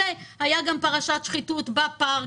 שהייתה גם פרשת שחיתות בפארק,